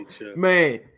Man